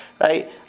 Right